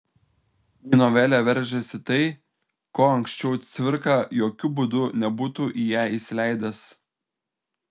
į novelę veržiasi tai ko anksčiau cvirka jokiu būdu nebūtų į ją įsileidęs